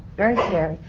very scary,